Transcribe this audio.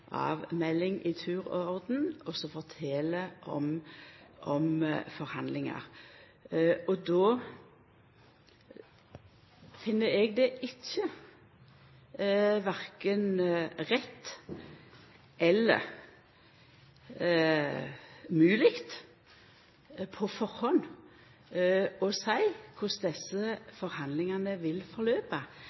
i tur og orden og om forhandlingar. Eg finn det verken rett eller mogleg på førehand å seia korleis desse forhandlingane vil